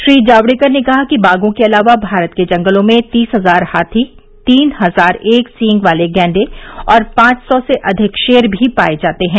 श्री जावडेकर ने कहा कि बाघों के अलावा भारत के जंगलों में तीस हजार हाथी तीन हजार एक सींग वाले गैंडे और पांच सौ से अधिक शेर भी पाए जाते हैं